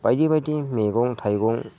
बायदि बायदि मैगं थाइगं